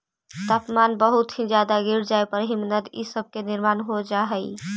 तापमान बहुत ही ज्यादा गिर जाए पर हिमनद इ सब के निर्माण हो जा हई